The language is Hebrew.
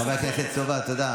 חבר הכנסת סובה, תודה.